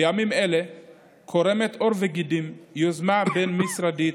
בימים אלה קורמת עור וגידים יוזמה בין-משרדית